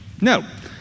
No